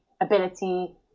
ability